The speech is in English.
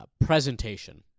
presentation